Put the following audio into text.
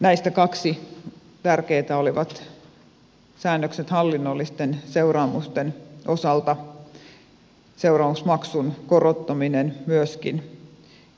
näistä kaksi tärkeätä olivat säännökset hallinnollisten seuraamusten osalta seuraamusmaksun korottaminen myöskin